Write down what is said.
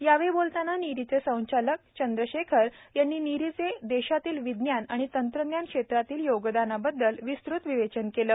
यावेळी बोलताना नीरीचे संचालक चंद्रशेखर यांनी नीरीचे देशातील विज्ञान आणि तंत्रज्ञान क्षेत्रातील योगदानाबद्दल विस्तृत विवेचन केले